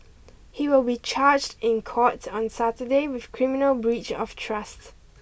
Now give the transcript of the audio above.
he will be charged in court on Saturday with criminal breach of trust